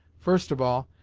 first of all,